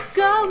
go